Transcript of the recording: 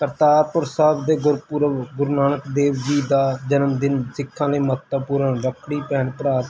ਕਰਤਾਰਪੁਰ ਸਾਹਿਬ ਦੇ ਗੁਰਪੁਰਬ ਗੁਰੂ ਨਾਨਕ ਦੇਵ ਜੀ ਦਾ ਜਨਮਦਿਨ ਸਿੱਖਾਂ ਲਈ ਮਹੱਤਵਪੂਰਨ ਰੱਖੜੀ ਭੈਣ ਭਰਾ